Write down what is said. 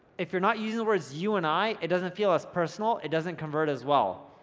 if you're not using the words you and i, it doesn't feel as personal, it doesn't convert as well.